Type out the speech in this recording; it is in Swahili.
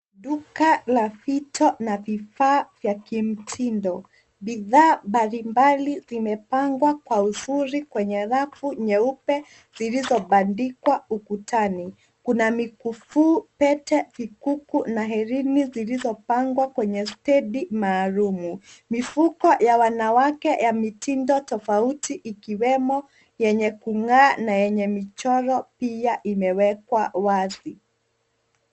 Duka la vito na vifaa vya kimtindo, bidhaa mbalimbali zimepangwa kwa uzuri kwenye rafu nyeupe zilizobandikwa ukutani. Kuna mikufu, pete, vikuku na hereni zilizopangwa kwenye stendi maalum. Mifuko ya wanawake ya mitindo tofauti, ikiwemo yenye kung’aa na yenye michoro, pia imewekwa wazi.